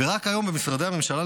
ורק במשרדי הממשלה,